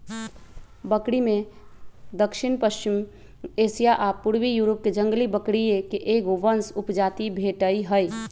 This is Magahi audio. बकरिमें दक्षिणपश्चिमी एशिया आ पूर्वी यूरोपके जंगली बकरिये के एगो वंश उपजाति भेटइ हइ